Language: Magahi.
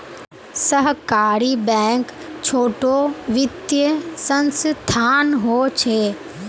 सहकारी बैंक छोटो वित्तिय संसथान होछे